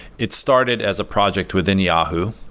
it started as a project within yahoo.